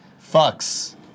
Fucks